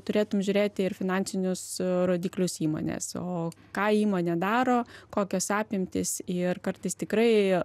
turėtum žiūrėti ir finansinius rodiklius įmonės o ką įmonė daro kokios apimtys ir kartais tikrai